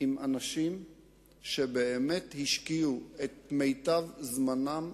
עם אנשים שבאמת השקיעו את מיטב זמנם,